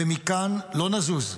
ומכאן לא נזוז.